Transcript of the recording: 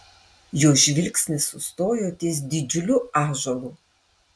jo žvilgsnis sustojo ties didžiuliu ąžuolu